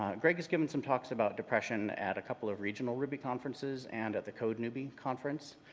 um greg has given some talks about depression at a couple of regional ruby conferences and at the code newbie conference.